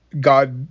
God